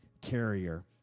carrier